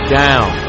down